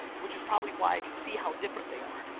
which is probably why i can see how different they are.